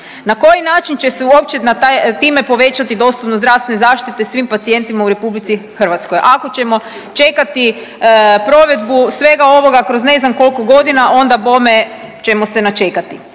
Na koji način će se uopće time povećati dostupnost zdravstvene zaštite svim pacijentima u Republici Hrvatskoj ako ćemo čekati provedbu svega ovoga kroz ne znam koliko godina onda bome ćemo se načekati.